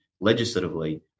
legislatively